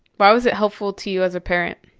why was it helpful to you as a parent?